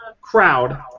crowd